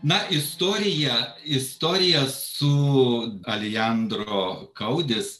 na istorija istorija su alijandro kaudis